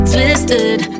Twisted